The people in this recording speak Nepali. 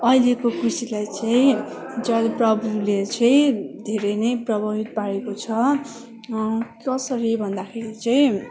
अहिलेको कृषिलाई चाहिँ जलवायुले चाहिँ धेरै नै प्रभावित पारेको छ कसरी भन्दाखेरि चाहिँ